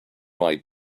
right